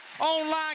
online